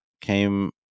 came